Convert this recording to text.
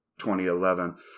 2011